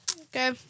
Okay